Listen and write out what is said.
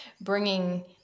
bringing